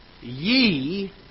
ye